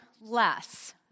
less